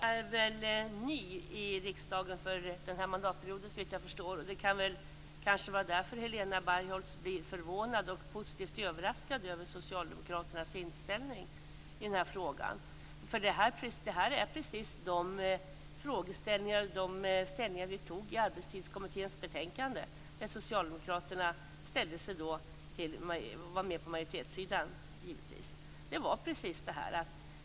Fru talman! Såvitt jag förstår är Helena Bargholtz ny för den här mandatperioden. Kanske är det därför som hon blir förvånad och positivt överraskad över Socialdemokraternas inställning i frågan. Det här är precis det ställningstagande som vi gjorde i Arbetstidskommitténs betänkande. Socialdemokraterna var, givetvis, med på majoritetssidan.